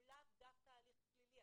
שהוא לאו דווקא הליך פלילי,